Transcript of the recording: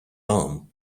arm